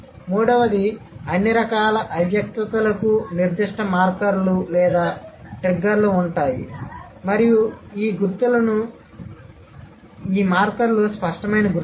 మూడవది అన్ని రకాల అవ్యక్తతలకు నిర్దిష్ట మార్కర్లు లేదా ట్రిగ్గర్లు ఉంటాయి మరియు ఈ మార్కర్లు స్పష్టమైన గుర్తులు